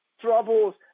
Troubles